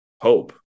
hope